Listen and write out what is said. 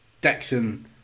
Dixon